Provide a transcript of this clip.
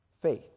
Faith